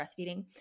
breastfeeding